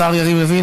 השר יריב לוין,